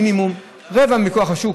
מינימום רבע מכוח השוק,